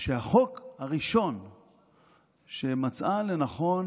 שהחוק הראשון שמצאה לנכון